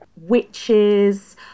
witches